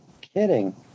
kidding